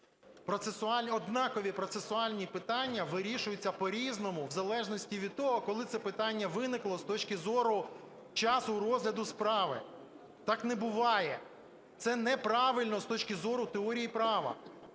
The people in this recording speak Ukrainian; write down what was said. однакові процесуальні питання вирішуються по-різному, в залежності від того, коли це питання виникло з точки зору часу розгляду справи. Так не буває. Це неправильно з точки зору теорії права.